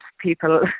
people